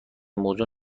موضوع